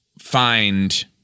find